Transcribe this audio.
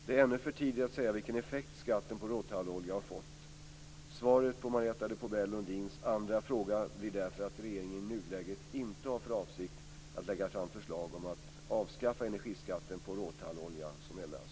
Det är ännu för tidigt att säga vilken effekt skatten på råtallolja har fått. Svaret på Marietta de Pourbaix Lundins andra fråga blir därför att regeringen i nuläget inte har för avsikt att lägga fram förslag om att avskaffa energiskatten på råtallolja som eldas.